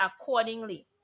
accordingly